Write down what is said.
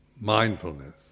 mindfulness